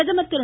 பிரதமர் திரு